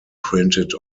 printed